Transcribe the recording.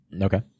Okay